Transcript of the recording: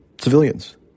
civilians